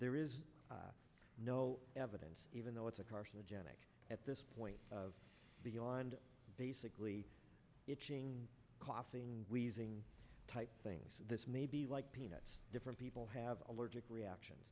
there is no evidence even though it's a carcinogenic at this point of beyond basically coughing wheezing type things this may be like peanuts different people have allergic reactions